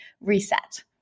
reset